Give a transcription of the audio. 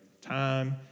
time